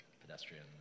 pedestrian